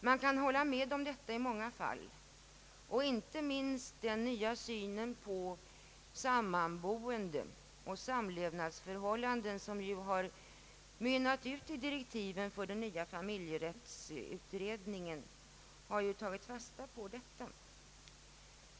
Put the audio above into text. Man kan hålla med om detta i många fall, och inte minst den nya synen på sammanboende och samlevnadsförhållanden, som ju har mynnat ut i direktiven för den nya familjerättsutredningen, har tagit fasta på detta.